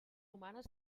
humanes